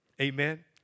Amen